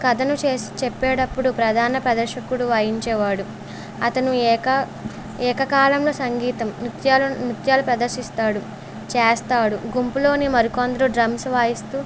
కథను చేసే చెప్పేటప్పుడు ప్రధాన ప్రదర్శకుడు వాయించేవాడు అతను ఏకా ఏకకాలంలో సంగీతం నృత్యాలను నృత్యాలు ప్రదర్శిస్తాడు చేస్తాడు గుంపులోని మరికొందరు డ్రమ్స్ వాయిస్తు